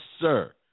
sir